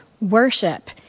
Worship